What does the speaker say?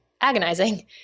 agonizing